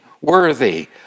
worthy